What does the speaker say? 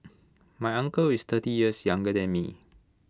my uncle is thirty years younger than me